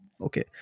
okay